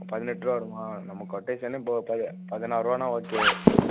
பதினெட்டுருவா வருமா நம்ம கொட்டேஷன்னு இப்போ ப பதினாறுவானா ஓகே